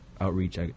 outreach